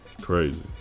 Crazy